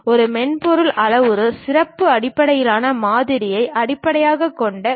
இந்த மென்பொருள் அளவுரு சிறப்பு அடிப்படையிலான மாதிரியை அடிப்படையாகக் கொண்டது